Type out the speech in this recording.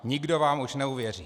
Nikdo vám už nevěří!